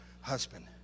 husband